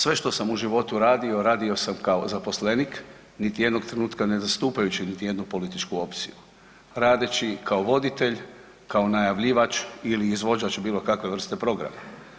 Sve što sam u životu radio, radio sam kao zaposlenik, niti jednog trenutka ne zastupajući niti jednu političku opciju, radeći kao voditelj, kao najavljivač ili izvođač bilo kakve vrste programa.